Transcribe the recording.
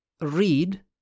read